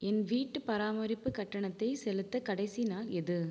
என் வீட்டுப் பராமரிப்பு கட்டணத்தை செலுத்த கடைசி நாள் எது